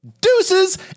deuces